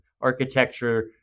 architecture